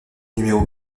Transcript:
numéro